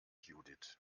judith